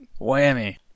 Whammy